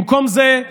במקום זה,